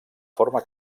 forma